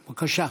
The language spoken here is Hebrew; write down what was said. בבקשה.